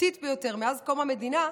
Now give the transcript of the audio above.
הדתית ביותר מאז קום המדינה.